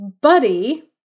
buddy